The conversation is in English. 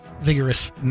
vigorous